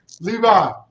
Levi